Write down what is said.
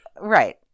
right